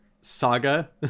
saga